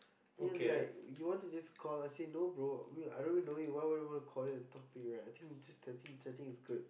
he was like you want to just call I say no bro I mean I don't even know you why would I wanna call you and talk to you right I think just chatting chatting is good